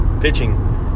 pitching